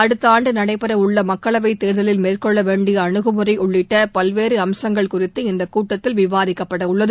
அடுத்த ஆண்டு நடைபெறவுள்ள மக்களவைத் தேர்தலில் மேற்கொள்ளவேண்டிய அனுகுமுறை உள்ளிடட்ட பல்வேறு அம்சங்கள் குறித்து இந்த கூட்டத்தில் விவாதிக்கப்படவுள்ளது